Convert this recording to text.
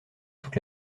toute